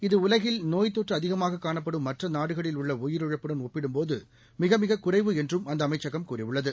இது உலகில் நோய்த் தொற்றுஅதிகமாககாணப்படும் மற்றநாடுகளில் உள்ளஉயிரிழப்புடன் ஒப்பிடும்போதுமிகமிககுறைவு என்றும் அந்தஅமைச்சகம் கூறியுள்ளது